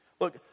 Look